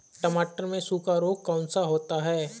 टमाटर में सूखा रोग कौन सा होता है?